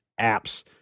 apps